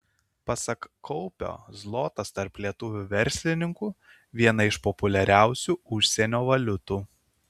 pasak kaupio zlotas tarp lietuvių verslininkų viena iš populiariausių užsienio valiutų